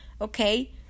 okay